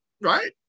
right